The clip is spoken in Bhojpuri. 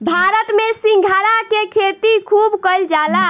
भारत में सिंघाड़ा के खेती खूब कईल जाला